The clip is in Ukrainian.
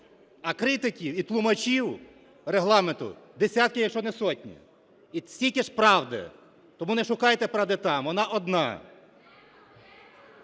а критиків і тлумачів Регламенту десятки, якщо не сотні. І стільки ж правди. Тому не шукайте правди там, вона одна.